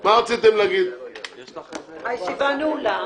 הישיבה נעולה.